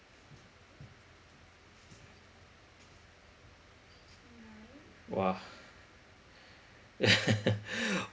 !wah!